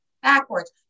Backwards